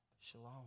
shalom